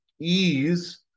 ease